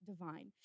divine